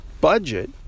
budget